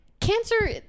Cancer